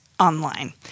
online